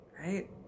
right